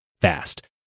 fast